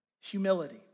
humility